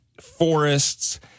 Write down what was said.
forests